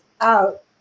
out